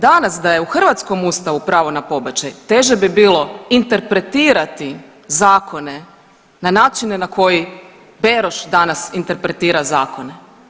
Danas da je u hrvatskom Ustavu pravo na pobačaj, teže bi bilo interpretirati zakone na načine na koji Beroš danas interpretira zakone.